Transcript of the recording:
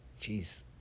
jeez